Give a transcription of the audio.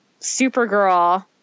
Supergirl